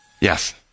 Yes